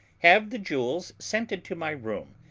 have the jewels sent into my room,